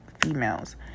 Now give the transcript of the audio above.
females